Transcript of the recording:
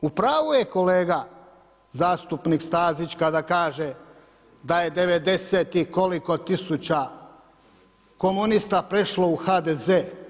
U pravu je kolega zastupnik Stazić kada kaže da je '90-ih koliko tisuća komunista prešlo u HDZ.